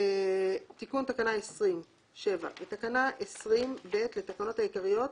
"תיקון תקנה 20 7. בתקנה 20(ב) לתקנות העיקריות,